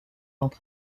entre